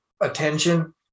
attention